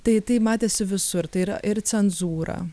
tai tai matėsi visur tai yra ir cenzūra